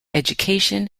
education